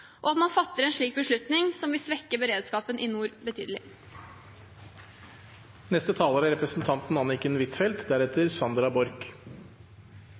og at man fatter en slik beslutning som vil svekke beredskapen i nord betydelig.